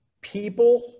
People